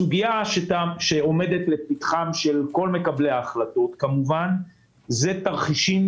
הסוגיה שעומדת לפתחם של כל מקבלי ההחלטות כמובן היא תרחישים